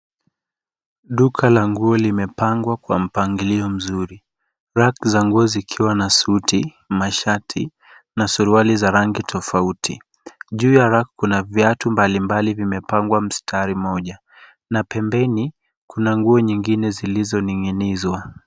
Duka la nguo limepangwa kwa mpangilio mzuri. rack za nguo zikiwa na suti, mashati na suruali za rangi tofauti juu ya rack kuna viatu vingi vilivyopangwa mstari moja na pembeni kuna nguo nyingine zilizoninginizwa.